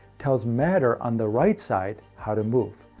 tells matter on the right side, how to move.